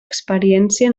experiència